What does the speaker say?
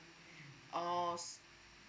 oh